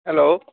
hello